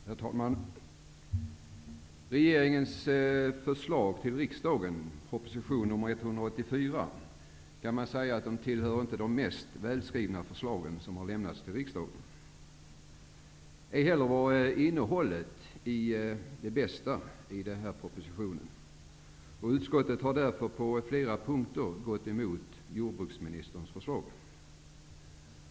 Herr talman! Regeringens förslag till riksdagen, proposition 184, tillhör inte de mest välskrivna förslag som har lämnats till riksdagen. Ej heller är innehållet i propositionen det bästa. Utskottet har därför på flera punkter gått emot jordbruksministerns förslag.